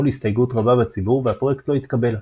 להסתייגות רבה בציבור והפרויקט לא התקבל,